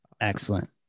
Excellent